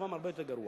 מצבם הרבה יותר גרוע.